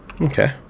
Okay